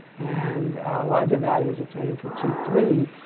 and larger values obtained for two three,